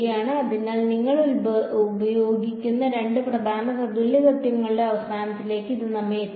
അതിനാൽ ഞങ്ങൾ ഉപയോഗിക്കുന്ന രണ്ട് പ്രധാന തുല്യത തത്വങ്ങളുടെ അവസാനത്തിലേക്ക് ഇത് നമ്മെ എത്തിക്കുന്നു